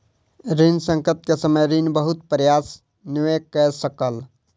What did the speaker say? ऋण संकट के समय ऋणी बहुत प्रयास नै कय सकल